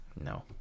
No